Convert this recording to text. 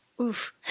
Oof